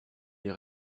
les